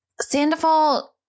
Sandoval